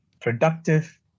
productive